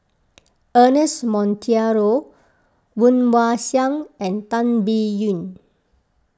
Ernest Monteiro Woon Wah Siang and Tan Biyun